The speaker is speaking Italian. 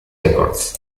records